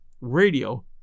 radio